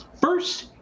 first